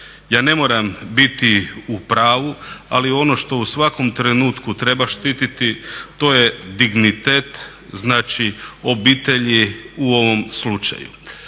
Ja ne moram biti u pravu ali ono što u svakom trenutku treba štititi to je dignitet znači obitelji u ovom slučaju.